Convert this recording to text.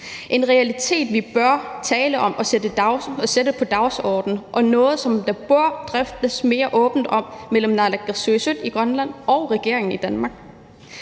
en realitet, vi bør tale om og sætte på dagsordenen, og noget, der bør drøftes mere åbent mellem naalakkersuisut i Grønland og regeringen i Danmark